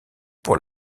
pour